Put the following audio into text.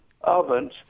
ovens